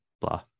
blah